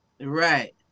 Right